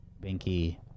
Binky